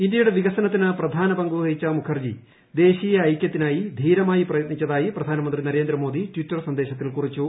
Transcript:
ഇന്ത്യയുടെ വികസനത്തിന് പ്രധാന പങ്കുവഹിച്ച മുഖർജി ദേശീയ ഐകൃത്തിനായി ധീരമായി പ്രയത്നിച്ചതായി പ്രധാനമന്ത്രി നരേന്ദ്രമോദി ട്വിറ്റർ സന്ദേശത്തിൽ കുറിച്ചു